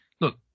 Look